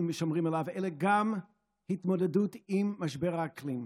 משמרים אלא גם התמודדות עם משבר האקלים.